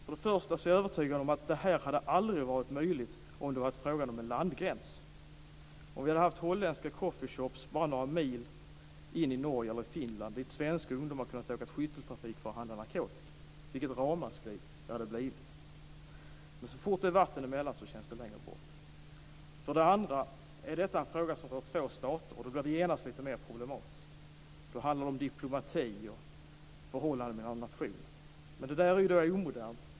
För det första är jag övertygad om att detta aldrig hade varit möjligt om det hade varit frågan om en landgräns. Vilket ramaskri det hade blivit om vi hade haft holländska coffee shops bara några mil in i Norge eller Finland dit svenska ungdomar kunnat åka i skytteltrafik för att handla narkotika. Men så fort det är vatten emellan känns det längre bort. För det andra är detta en fråga som rör två stater. Då blir det genast lite mer problematiskt. Då handlar det om diplomati och förhållanden mellan nationer. Men detta är ju omodernt.